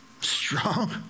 strong